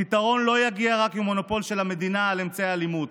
הפתרון לא יגיע רק ממונופול של המדינה על אמצעי הלימוד.